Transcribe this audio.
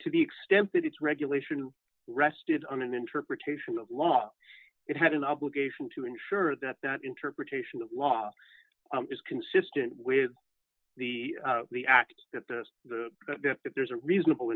to the extent that it's regulation rested on an interpretation of law it had an obligation to ensure that that interpretation of the law is consistent with the the act that the that there's a reasonable